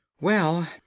Well